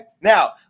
Now